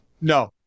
No